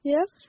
Yes